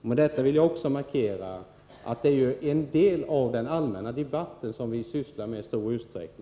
Med detta vill jag också markera att det i stor utsräckning är en del av den allmänna debatten som vi sysslar med.